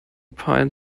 pine